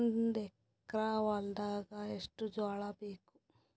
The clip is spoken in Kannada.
ಒಂದು ಎಕರ ಹೊಲದಾಗ ಎಷ್ಟು ಜೋಳಾಬೇಕು?